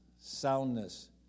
soundness